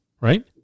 right